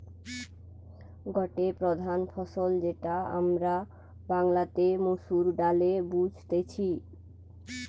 গটে প্রধান ফসল যেটা আমরা বাংলাতে মসুর ডালে বুঝতেছি